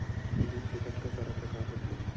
Bill के कतका सारा प्रकार होथे?